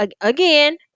again